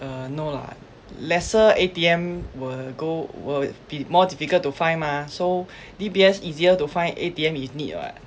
uh no lah lesser A_T_M will go will be more difficult to find mah so D_B_S easier to find A_T_M you need [what]